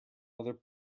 other